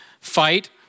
fight